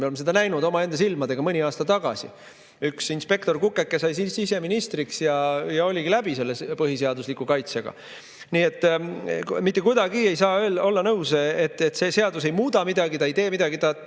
me oleme seda näinud omaenda silmaga mõni aasta tagasi. Üks inspektor Kukeke sai siseministriks, ja oligi läbi selle põhiseadusliku kaitsega. Nii et mitte kuidagi ei saa olla nõus, et see seadus ei muuda midagi, ta ei tee midagi.